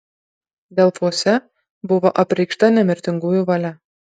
delfuose buvo apreikšta nemirtingųjų valia